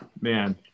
man